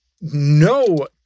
no